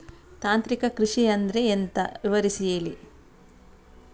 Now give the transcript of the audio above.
ತಾಂತ್ರಿಕ ಕೃಷಿ ಅಂದ್ರೆ ಎಂತ ವಿವರಿಸಿ ಹೇಳಿ